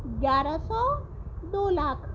گیارہ سو دو لاکھ